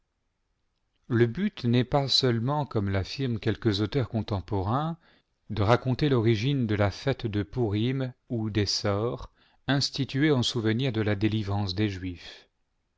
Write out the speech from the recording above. le but n'est pas seulement comme l'affirment quelques auteurs contemporains de raconter l'origine de la fête de purim ou des sorts instituée en souvenir de la délivrance des juifs